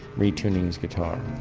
retuning his guitar.